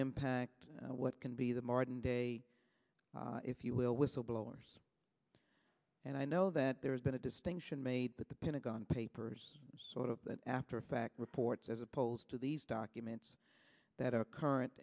impact what can be the marden day if you will whistleblowers and i know that there's been a distinction made but the pentagon papers sort of the after effect reports as opposed to these documents that are current